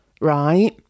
right